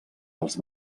els